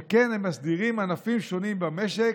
שכן הם מסדירים ענפים שונים במשק,